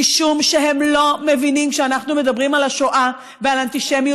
משום שהם לא מבינים שאנחנו מדברים על השואה ועל אנטישמיות.